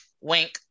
Wink